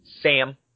Sam